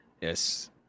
Yes